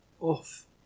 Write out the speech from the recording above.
off